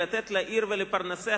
ניתן לעיר ולפרנסיה,